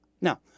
Now